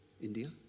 India